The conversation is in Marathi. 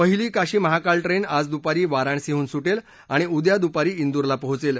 पहिली काशी महाकाल ट्रेन आज दुपारी वाराणसीहून सुर्जि आणि उद्या दुपारी इंदूरला पोहोपेल